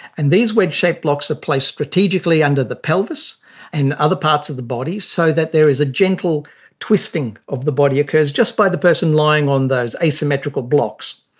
and these wedge shaped blocks are placed strategically under the pelvis and other parts of the body so that there is a gentle twisting of the body that occurs just by the person lying on those asymmetrical blocks.